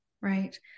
right